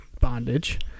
bondage